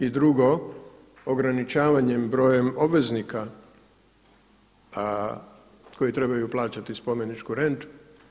I drugo ograničavanjem brojem obveznika koji trebaju plaćati spomeničku rentu.